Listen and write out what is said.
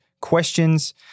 questions